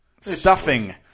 Stuffing